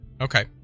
Okay